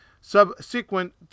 subsequent